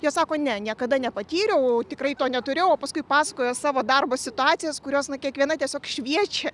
jie sako ne niekada nepatyriau o tikrai to neturėjau o paskui pasakoja savo darbo situacijas kurios na kiekviena tiesiog šviečia